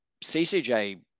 CCJ